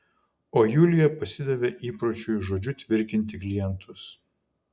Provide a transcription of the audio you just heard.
o julija pasidavė įpročiui žodžiu tvirkinti klientus